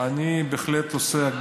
אני כרגע לא מדבר